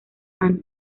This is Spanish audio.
and